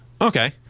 Okay